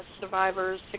survivors